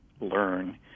learn